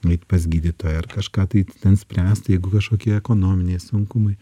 nueit pas gydytoja ar kažką tai ten spręst jeigu kažkokie ekonominiai sunkumai